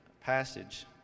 passage